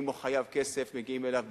אם הוא חייב כסף, מגיעים אליו בקלות,